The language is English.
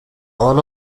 all